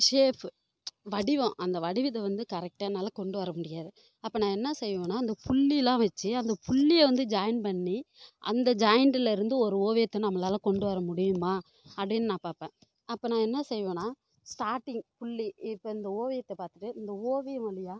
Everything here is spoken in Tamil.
ஷேப்பு வடிவம் அந்த வடிவத்தை வந்து கரெக்டாக என்னால் கொண்டு வர முடியாது அப்போ நான் என்ன செய்வேன்னால் அந்த புள்ளியெலாம் வச்சு அந்த புள்ளியை வந்து ஜாயின் பண்ணி அந்த ஜாயிண்டில் இருந்து ஒரு ஓவியத்தை நம்மளால் கொண்டு வர முடியுமா அப்படின்னு நான் பார்ப்பேன் அப்போ நான் என்ன செய்வேன்னால் ஸ்டார்ட்டிங் புள்ளி இப்போ இந்த ஓவியத்தை பார்த்துட்டு இந்த ஓவியம் வழியாக